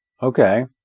Okay